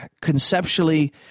conceptually